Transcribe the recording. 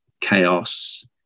Chaos